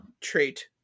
trait